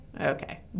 okay